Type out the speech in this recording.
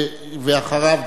ואחריו,